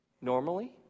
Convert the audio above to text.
normally